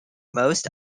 most